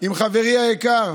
עם חברי היקר